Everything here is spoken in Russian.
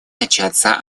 начаться